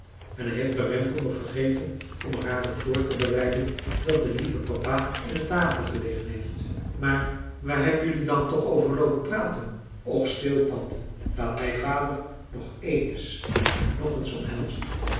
en hij heeft warempel nog vergeten om er haar op voor te bereiden dat de lieve papa in het water gelegen heeft maar waar heb jullie dan toch over loopen praten och stil tante laat mij vader ng eens en ng eens omhelzen